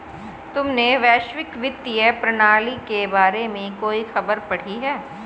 तुमने वैश्विक वित्तीय प्रणाली के बारे में कोई खबर पढ़ी है?